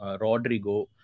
Rodrigo